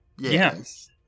Yes